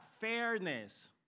fairness